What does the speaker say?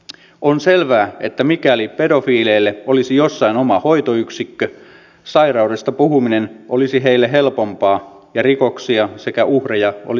on selvää että mikäli pedofiileille olisi jossain oma hoitoyksikkö sairaudesta puhuminen olisi heille helpompaa ja rikoksia sekä uhreja olisi vähemmän